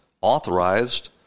authorized